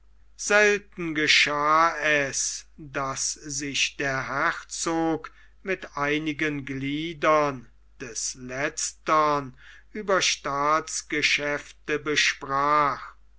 selten geschah es daß sich der herzog mit einigen gliedern des letztern über staatsgeschäfte besprach